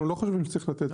אנחנו לא חושבים שצריך לתת.